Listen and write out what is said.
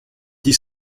dit